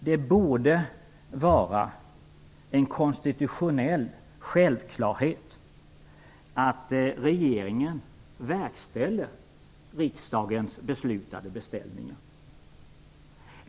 Det borde vara en konstitutionell självklarhet att regeringen verkställer riksdagens beslutade beställningar.